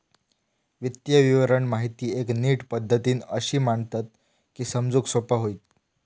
वित्तीय विवरण माहिती एक नीट पद्धतीन अशी मांडतत की समजूक सोपा होईत